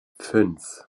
fünf